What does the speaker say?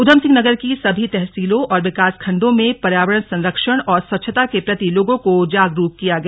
उधम सिंह नगर की सभी तहसीलों और विकास खण्डों में पर्यावरण संरक्षण और स्वच्छता के प्रति लोगों को जागरूक किया गया